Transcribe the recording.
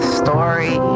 story